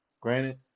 Granted